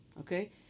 Okay